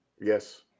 Yes